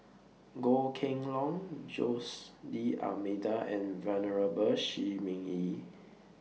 Goh Kheng Long Jose D'almeida and Venerable Shi Ming Yi